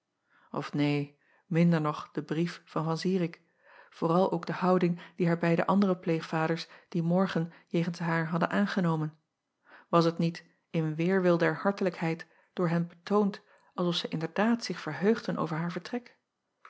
f neen minder nog de brief van an irik vooral ook de houding die haar beide andere pleegvaders dien morgen jegens haar hadden aangenomen was het niet in weêrwil der hartelijkheid door hen betoond als of zij inderdaad zich verheugden over haar vertrek